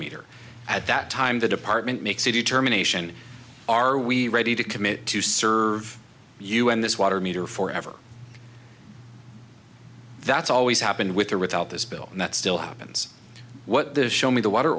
meter at that time the department makes a determination are we ready to commit to serve you in this water meter for ever that's always happened with or without this bill that still happens what this show me the water